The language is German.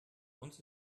uns